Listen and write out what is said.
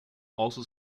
also